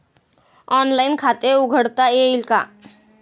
Online खाते उघडता येईल का?